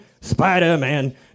Spider-Man